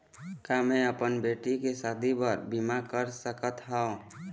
का मैं अपन बेटी के शादी बर बीमा कर सकत हव?